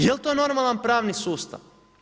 Jel' to normalan pravni sustav?